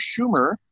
Schumer